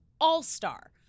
all-star